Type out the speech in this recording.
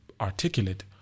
articulate